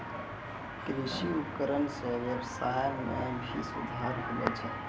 कृषि उपकरण सें ब्यबसाय में भी सुधार होलो छै